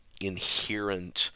inherent